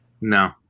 No